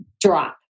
drop